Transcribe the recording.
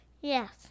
Yes